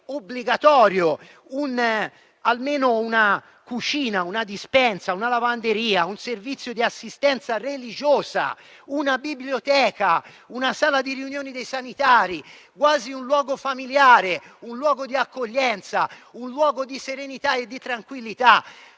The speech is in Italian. obbligatorio almeno una cucina, una dispensa, una lavanderia, un servizio di assistenza religiosa, una biblioteca, una sala riunioni dei sanitari; quasi un luogo familiare, un luogo di accoglienza, un luogo di serenità e di tranquillità,